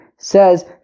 says